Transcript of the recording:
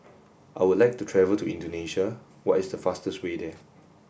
I would like to travel to Indonesia what is the fastest way there